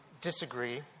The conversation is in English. disagree